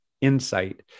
insight